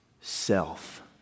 self